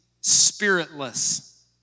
spiritless